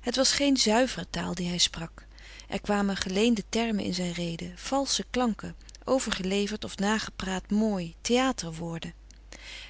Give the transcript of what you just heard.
het was geen zuivere taal die hij sprak er kwamen geleende termen in zijn rede valsche klanken overgeleverd of nagepraat mooi theaterwoorden